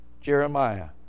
Jeremiah